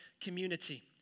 community